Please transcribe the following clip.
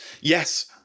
yes